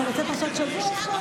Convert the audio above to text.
אתה רוצה פרשת שבוע?